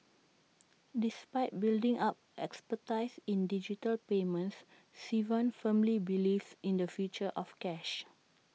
despite building up expertise in digital payments Sivan firmly believes in the future of cash